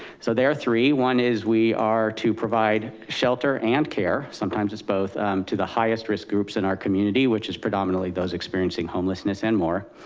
so there are three, one is we are to provide shelter and care. sometimes it's both to the highest risk groups in our community, which is predominantly those experiencing homelessness and more.